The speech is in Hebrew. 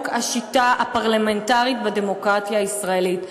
השיטה הפרלמנטרית בדמוקרטיה הישראלית.